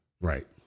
Right